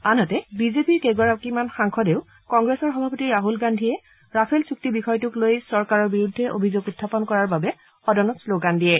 আনহাতে বিজেপিৰ কেইগৰাকীমান সাংসদেও কংগ্ৰেছৰ সভাপতি ৰাহুল গান্ধীয়ে ৰাফেল চূক্তি বিষয়টোক লৈ চৰকাৰৰ বিৰুদ্ধে অভিযোগ উত্থাপন কৰাৰ বাবে সদনত শ্লগান দিয়ে